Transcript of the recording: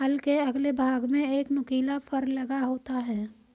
हल के अगले भाग में एक नुकीला फर लगा होता है